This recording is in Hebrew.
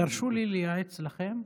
תרשו לי לייעץ לכם.